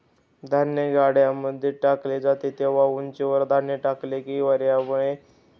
धान्य गाड्यांमध्ये टाकले जाते तेव्हा उंचीवरुन धान्य टाकले की वार्यामुळे पेंढा व हलक्या वजनाचा कचरा वेगळा होतो